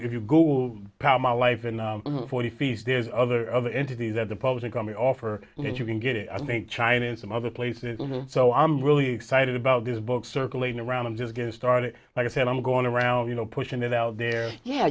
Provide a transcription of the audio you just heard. if you go to power my life and for the fees there's other other entities that the publishing company offer that you can get i think china and some other places so i'm really excited about this book circulating around i'm just getting started like i said i'm going around you know pushing it out there yeah